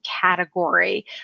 category